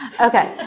Okay